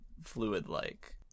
fluid-like